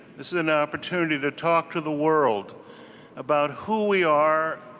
this is an opportunity to talk to the world about who we are,